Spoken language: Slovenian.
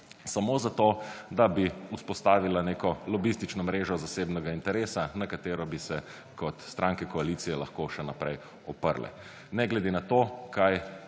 samo zato, da bi vzpostavila neko lobistično mrežo zasebnega interesa, na katero bi se kot stranke koalicije lahko še naprej oprle, ne glede na to, kaj